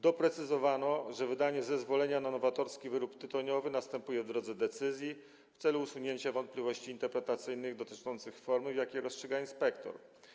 Doprecyzowano, że wydanie zezwolenia na nowatorski wyrób tytoniowy następuje w drodze decyzji w celu usunięcia wątpliwości interpretacyjnych dotyczących formy, w jakiej rozstrzyga inspektor.